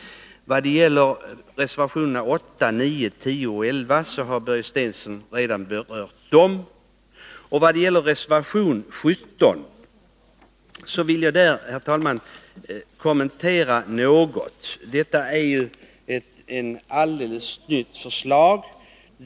Reservationerna 8, 9, 10 och 11 har redan berörts av Börje Stensson. Jag vill till sist något kommentera reservation 17. Det är här fråga om ett alldeles nytt förslag.